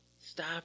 Stop